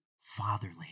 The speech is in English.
fatherly